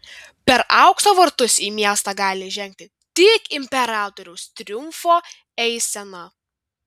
per aukso vartus į miestą gali įžengti tik imperatoriaus triumfo eisena